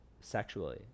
sexually